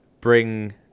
bring